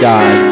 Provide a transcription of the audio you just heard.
God